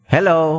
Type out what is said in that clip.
Hello